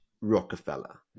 Rockefeller